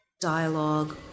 dialogue